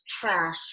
trash